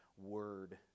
word